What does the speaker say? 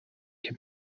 can